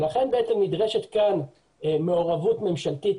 לכן נדרשת כאן מעורבות ממשלתית,